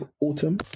autumn